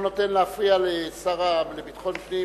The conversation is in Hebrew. אני לא נותן להפריע לשר לביטחון פנים.